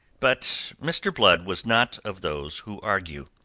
but mr. blood was not of those who argue.